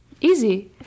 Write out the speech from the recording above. Easy